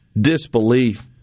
disbelief